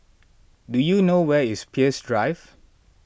do you know where is Peirce Drive